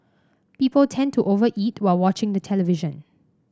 people tend to over eat while watching the television